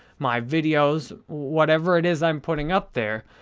my videos, whatever it is i'm putting up there.